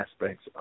aspects